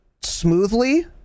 smoothly